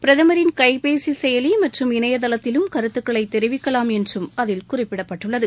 பிரதமின் கைபேசி செயலி மற்றும் இணையதளத்திலும் கருத்துக்களை தெரிவிக்கலாம் என்றும் அதில் குறிப்பிடப்பட்டுள்ளது